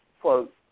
quote